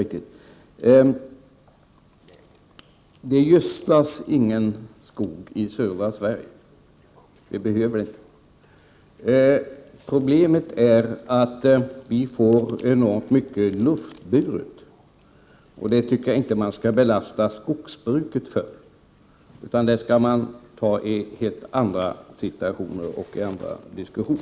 Det gödslas ingen skog i södra Sverige. Det behövs inte. Problemet är att vi får enormt mycket luftburna föroreningar, och det tycker jag inte att man skall lasta skogsbruket för, utan det är någonting som hör hemma i en annan diskussion.